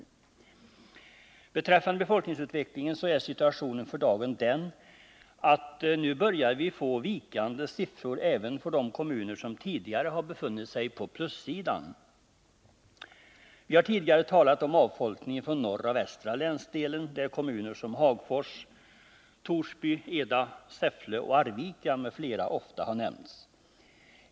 Situationen när det gäller befolkningsutvecklingen är för dagen den, att vi nu börjar få vikande siffror även för de kommuner som tidigare befunnit sig på plussidan. Vi har tidigare talat om avfolkningen av norra och västra länsdelen, där kommuner som Hagfors, Torsby, Eda, Säffle, Arvika m.fl. ofta nämnts.